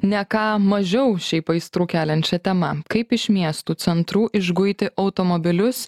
ne ką mažiau šiaip aistrų keliančia tema kaip iš miestų centrų išguiti automobilius